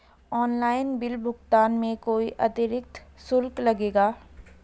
Online bill भुगतान में कोई अतिरिक्त शुल्क लगेगा?